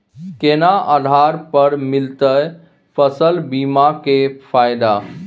केना आधार पर मिलतै फसल बीमा के फैदा?